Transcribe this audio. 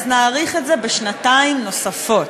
אז נאריך את זה בשנתיים נוספות.